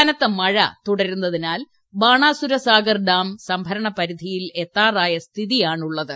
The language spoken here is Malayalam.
കനത്ത മഴ തുടരുന്നതിനാൽ ബാണാസുര സാഗർ ഡാം സംഭരണ പരിധിയിൽ എത്താറായ സ്ഥിതിയാണുള്ളത്